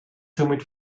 somit